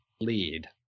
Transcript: lead